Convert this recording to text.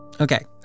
Okay